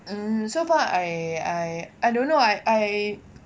um so far I I don't know I I